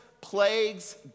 plagues